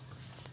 आकर्षक